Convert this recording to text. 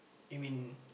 you mean